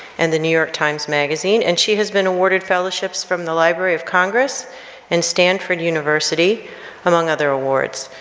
and the new york times magazine, and she has been awarded fellowships from the library of congress and stanford university among other awards.